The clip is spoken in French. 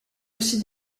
aussi